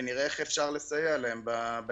ונראה איך אפשר לסייע להם בהקדם.